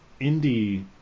indie